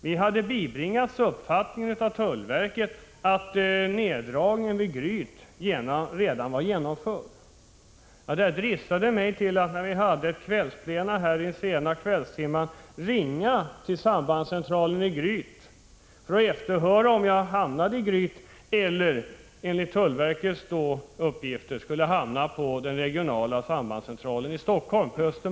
Vi hade av tullverket bibringats uppfattningen att neddragningen vid Gryt redan var genomförd. Jag dristade mig att under ett kvällsplenum sent en kväll ringa till sambandscentralen i Gryt för att kontrollera om samtalet skulle hamna där eller om samtalet — som tullverket uppgivit — skulle hamna på den regionala sambandscentralen på Östermalm här i Helsingfors.